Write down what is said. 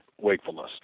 wakefulness